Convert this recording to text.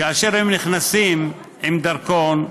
כאשר הם נכנסים עם דרכון,